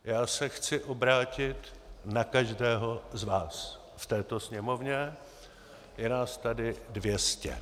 Já se chci obrátit na každého z vás v této Sněmovně, je nás tady 200.